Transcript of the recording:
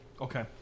Okay